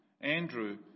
Andrew